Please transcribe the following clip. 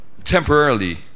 Temporarily